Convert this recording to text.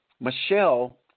Michelle